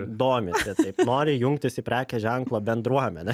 domisi taip nori jungtis į prekės ženklo bendruomenę